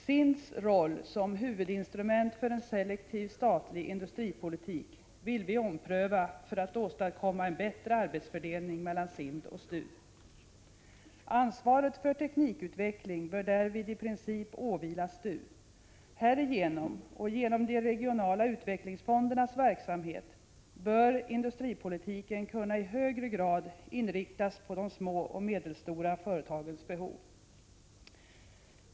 SIND:s roll som huvudinstrument för en selektiv statlig industripolitik vill vi ompröva för att åstadkomma en bättre arbetsfördelning mellan SIND och STU. Ansvaret för teknikutveckling bör därvid i princip åvila STU. Härigenom, och genom de regionala utvecklingsfondernas verksamhet, bör industripolitiken kunna i högre grad inriktas på de små och medelstora företagens behov.